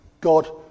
God